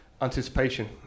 anticipation